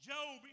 Job